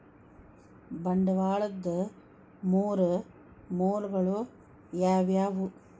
ಬಂಡವಾಳದ್ ಮೂರ್ ಮೂಲಗಳು ಯಾವವ್ಯಾವು?